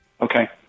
Okay